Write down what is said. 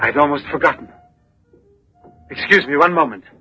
i'd almost forgotten excuse me one moment